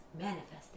manifesting